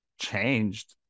changed